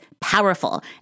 powerful